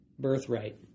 Birthright